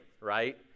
right